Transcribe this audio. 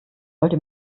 wollte